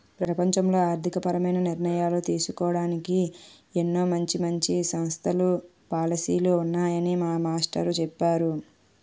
ప్రపంచంలో ఆర్థికపరమైన నిర్ణయాలు తీసుకోడానికి ఎన్నో మంచి మంచి సంస్థలు, పాలసీలు ఉన్నాయని మా మాస్టారు చెప్పేరు